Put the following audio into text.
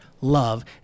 love